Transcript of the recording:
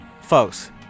Folks